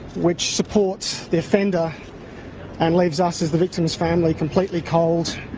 which supports the offender and leaves us, as the victim's family, completely cold,